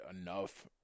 enough